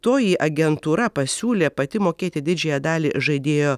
toji agentūra pasiūlė pati mokėti didžiąją dalį žaidėjo